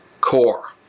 CORE